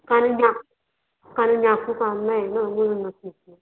कारण जा कारण जास्त काम नाही ना म्हणून म्हणते